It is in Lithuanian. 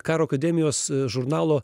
karo akademijos žurnalo